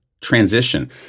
transition